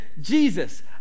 Jesus